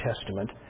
Testament